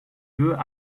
veut